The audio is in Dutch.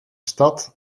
stad